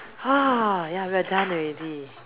!woah! ya we are done already